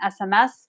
SMS